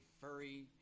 furry